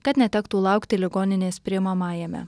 kad netektų laukti ligoninės priimamajame